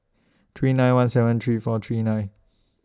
three nine one seven three four three nine